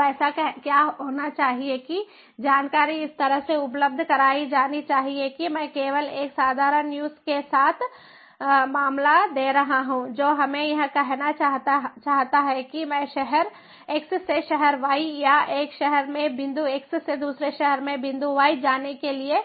अब ऐसा क्या होना चाहिए कि जानकारी इस तरह से उपलब्ध कराई जानी चाहिए कि मैं केवल एक साधारण यूज केस का मामला दे रहा हूं जो हमें यह कहना चाहता है कि मैं शहर x से शहर y या एक शहर में बिंदु x से दूसरे शहर में बिंदु y जाने के लिए